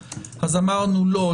אז אמרנו: לא,